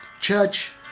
Church